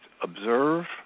observe